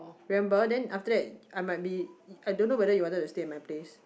remember then after that I might be I don't know whether you wanted to stay at my place